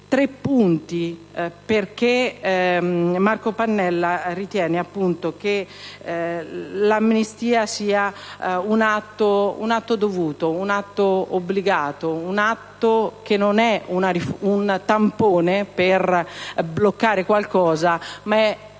base ai quali Marco Pannella ritiene l'amnistia un atto dovuto, un atto obbligato, un atto che non è un tampone per bloccare qualcosa ma è